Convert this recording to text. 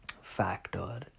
factor